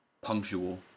punctual